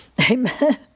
Amen